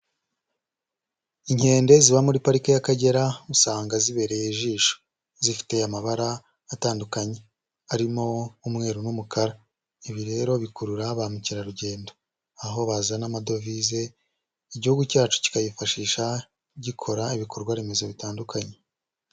Inkende ziba muri pariki y'Akagera usanga zibereye ijisho, zifite amabara atandukanye arimo umweru n'umukara, ibi rero bikurura ba mukerarugendo aho bazana amadovize, Igihugu cyacu cyikayifashisha gikora ibikorwaremezo bitandukanye.